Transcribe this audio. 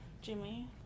Jimmy